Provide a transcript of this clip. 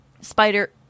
Spider